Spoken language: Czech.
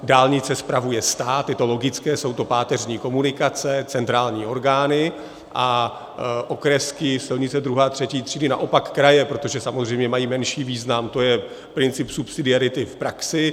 Dálnice spravuje stát, je to logické, jsou to páteřní komunikace, centrální orgány, a okresky, silnice druhé a třetí třídy, naopak kraje, protože samozřejmě mají menší význam, to je princip subsidiarity v praxi.